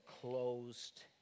closed